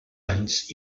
anys